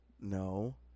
No